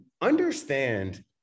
understand